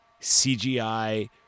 CGI